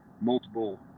multiple